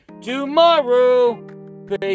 tomorrow